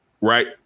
Right